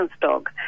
dog